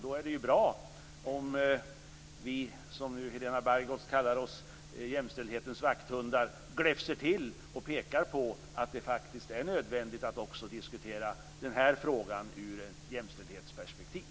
Då är det bra om vi jämställdhetens vakthundar, som Helena Bargholtz kallar oss, gläfser till och pekar på att det är nödvändigt att diskutera frågan ur ett jämställdhetsperspektiv.